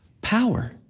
power